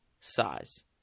size